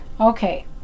Okay